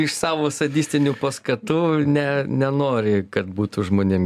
iš savo sadistinių paskatų ne nenori kad būtų žmonėm